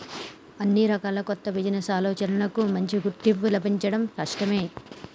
అన్ని రకాల కొత్త బిజినెస్ ఆలోచనలకూ మంచి గుర్తింపు లభించడం కష్టమే